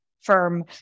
firm